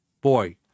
boy